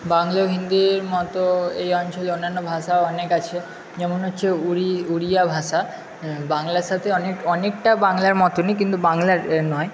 বাংলা হিন্দির মতো এই অঞ্চলে অন্যান্য ভাষাও অনেক আছে যেমন হচ্ছে উড়িয়া ভাষা বাংলার সাথে অনেক অনেকটা বাংলার মতনই কিন্তু বাংলা নয়